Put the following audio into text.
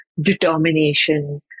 determination